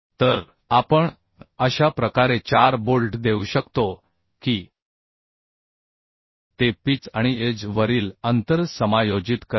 तर आपण अशा प्रकारे 4 बोल्ट देऊ शकतो की ते पिच आणि एज वरील अंतर समायोजित करते